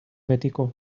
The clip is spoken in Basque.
betiko